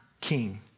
King